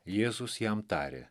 jėzus jam tarė